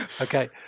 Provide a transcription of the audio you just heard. Okay